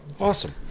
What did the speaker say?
awesome